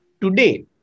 Today